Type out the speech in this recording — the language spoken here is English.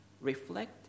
reflect